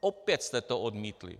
Opět jste to odmítli.